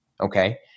Okay